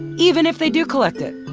even if they do collect it,